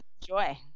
joy